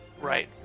Right